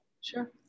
Sure